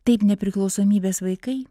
taip nepriklausomybės vaikai